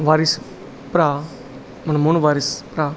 ਵਾਰਿਸ ਭਰਾ ਮਨਮੋਹਨ ਵਾਰਿਸ ਭਰਾ